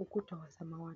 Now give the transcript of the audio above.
ukuta wa samawati.